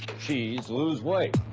cheese, lose weight.